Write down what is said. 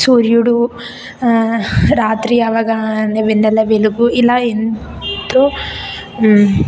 సూర్యుడు రాత్రి అవ్వగానే వెన్నెల వెలుగు ఇలా ఎంతో